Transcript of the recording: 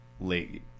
late